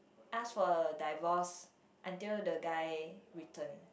ask for a divorce until the guy returned